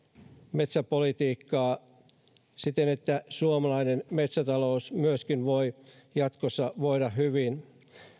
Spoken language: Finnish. metsäpolitiikkaa siten että suomalainen metsätalous voi myöskin jatkossa voida hyvin